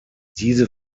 diese